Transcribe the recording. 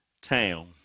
town